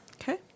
Okay